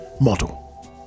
model